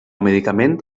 medicament